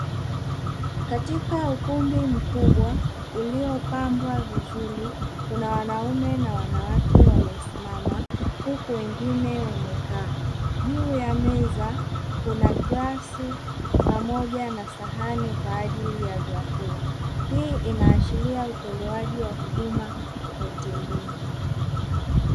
Katika ukumbi mkubwa uliopambwa vizuri kuna wanaume na wanawake waliosimama huku wengine wamekaa. Juu ya meza kuna glasi pamoja na sahani kwa ajili ya vyakula. Hii inaashiria utolewaji wa huduma hotelini.